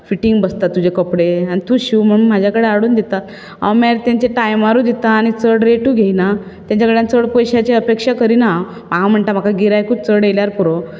fitting बसतां तुजे कपडे आनी तूंच शिंव म्हण म्हजे कडेन हाडून दितात हांव मागीर तांचे टायमारूय दितां आनी चड रेटूय घेनात तांच्या कडेन चड पयश्यांचे अपेक्षा करीना हांव हांव म्हणटा म्हाका गिरायकूच चड येयल्यार पूरो